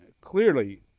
Clearly